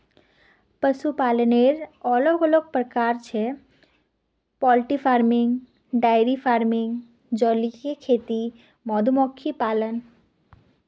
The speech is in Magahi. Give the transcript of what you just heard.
पशुपालनेर अलग अलग प्रकार छेक पोल्ट्री फार्मिंग, डेयरी फार्मिंग, जलीय खेती, मधुमक्खी पालन